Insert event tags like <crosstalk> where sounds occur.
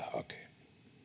<unintelligible> hakee